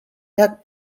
jak